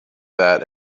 that